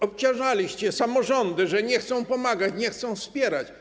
Obciążaliście samorządy, że nie chcą pomagać, nie chcą wspierać.